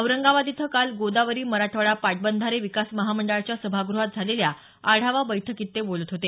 औरंगाबाद इथं काल गोदावरी मराठवाडा पाटबंधारे विकास महामंडळाच्या सभागृहात झालेल्या आढावा बैठर्कीत ते बोलत होते